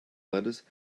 lettuce